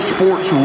Sports